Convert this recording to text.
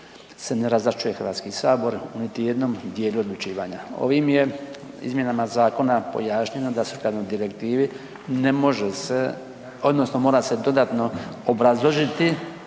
se ne razvlašćuje Hrvatski sabor niti u jednom dijelu odlučivanja. Ovim je izmjenama zakona pojašnjeno da su …/nerazumljivo/… ne može se odnosno mora se dodatno obrazložiti